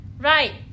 right